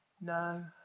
no